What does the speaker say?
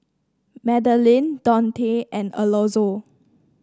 Madilynn Dontae and Alonzo